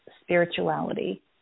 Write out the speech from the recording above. spirituality